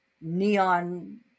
neon